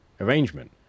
arrangement